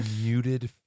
muted